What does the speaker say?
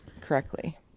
correctly